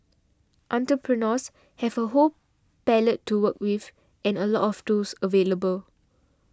entrepreneurs have a whole palette to work with and a lot of tools available